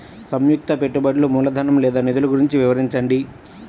సంయుక్త పెట్టుబడులు మూలధనం లేదా నిధులు గురించి వివరించండి?